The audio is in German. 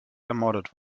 ermordet